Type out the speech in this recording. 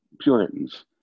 Puritans